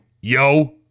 yo